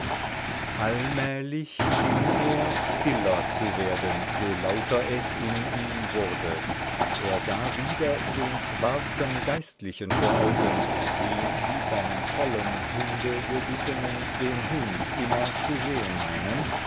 allmählich schien er stiller zu werden je lauter es in ihm wurde er sah wieder den schwarzen geistlichen vor augen wie die vom tollen hunde gebissenen den hund immer zu sehen meinen